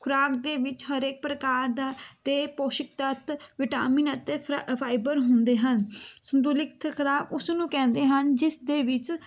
ਖੁਰਾਕ ਦੇ ਵਿੱਚ ਹਰੇਕ ਪ੍ਰਕਾਰ ਦਾ ਅਤੇ ਪੋਸ਼ਿਕ ਤੱਤ ਵਿਟਾਮਿਨ ਅਤੇ ਫ ਫਾਈਬਰ ਹੁੰਦੇ ਹਨ ਸੰਤੁਲਿਕ ਖੁਰਾਕ ਉਸ ਨੂੰ ਕਹਿੰਦੇ ਹਨ ਜਿਸ ਦੇ ਵਿੱਚ